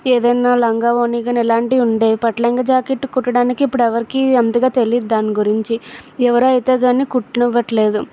ఏదన్నా లంగా ఓణి కానీ ఇలాంటివి ఉండే పట్టు లంగా జాకెట్ కుట్టడానికి ఇప్పుడు ఎవరికి అంతగా తెలియదు దాని గురించి ఎవరో అయితే కానీ కుట్టనివ్వట్లేదు